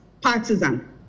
partisan